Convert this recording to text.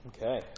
Okay